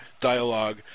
dialogue